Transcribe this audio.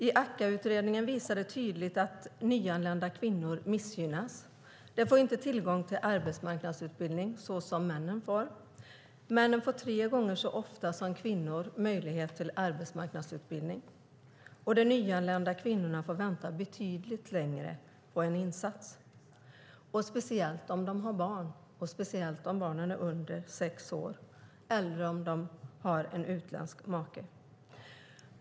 I AKKA-utredningen visades tydligt att nyanlända kvinnor missgynnas. De får inte tillgång till arbetsmarknadsutbildning såsom männen får. Männen får tre gånger så ofta som kvinnor möjlighet till arbetsmarknadsutbildning, och de nyanlända kvinnorna får vänta betydligt längre på en insats. Det gäller speciellt om de har barn och speciellt om barnen är under sex år eller om de har en utländsk make.